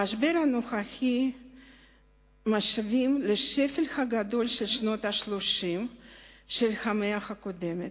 את המשבר הנוכחי משווים לשפל הגדול של שנות ה-30 במאה הקודמת.